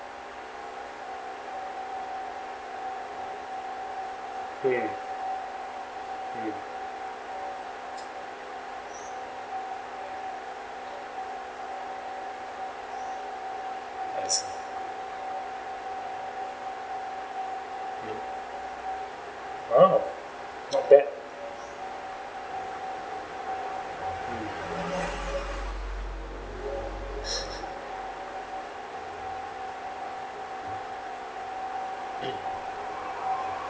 mm mm I see mm oh not bad mm